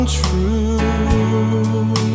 true